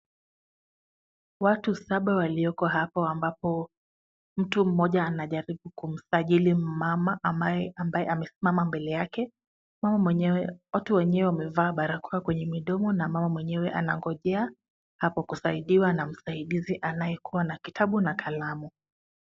Watu saba walioko hapa ambapo mtu mmoja anajaribu kumsajili mmama ambaye amesimama mbele yake. Watu wenyewe wamevaa barakoa kwenye midomo na mmama mwenyewe anangojea hapo kusaidiwa na msaidizi anayekuwa na kitabu na kalamu.